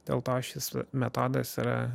dėl to šis metodas yra